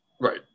right